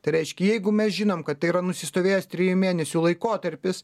tai reiškia jeigu mes žinom kad tai yra nusistovėjęs trijų mėnesių laikotarpis